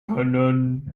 können